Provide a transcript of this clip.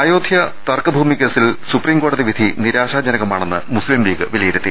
അയോദ്ധ്യ തർക്ക ഭൂമിക്കേസിൽ സുപ്രീം കോടതി വിധി നിരാ ശാജനകമാണെന്ന് മുസ്ലീം ലീഗ് വിലയിരുത്തി